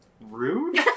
Rude